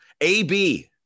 ab